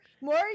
more